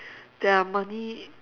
their money